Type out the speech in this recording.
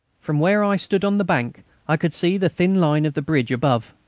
from where i stood on the bank i could see the thin line of the bridge above.